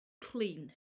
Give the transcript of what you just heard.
clean